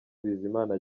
bizimana